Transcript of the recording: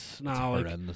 no